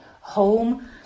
home